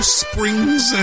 springs